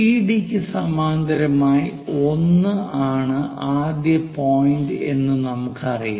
CD ക്ക് സമാന്തരമായി 1 ആണ് ആദ്യ പോയിന്റ് എന്ന് നമുക്കറിയാം